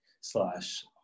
slash